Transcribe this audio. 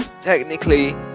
technically